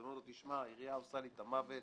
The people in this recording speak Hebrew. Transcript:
ואומר לו: העירייה עושה לי את המוות